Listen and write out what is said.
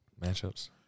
matchups